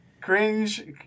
cringe